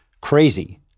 crazy